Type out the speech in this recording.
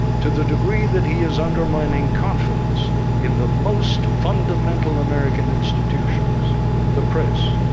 to the degree that he is undermining confidence in the most fundamental american institutions the press,